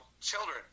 children